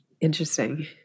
Interesting